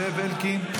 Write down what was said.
זאב אלקין,